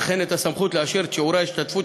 וכן את הסמכות לאשר את שיעורי ההשתתפות